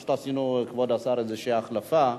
כבוד השר, עשינו איזו החלפה.